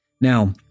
Now